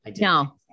no